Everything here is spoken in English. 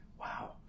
wow